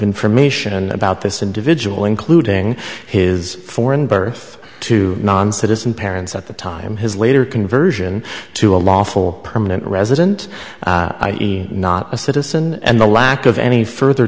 information about this individual including his foreign birth to non citizen parents at the time his later conversion to a lawful permanent resident not a citizen and the lack of any further